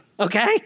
Okay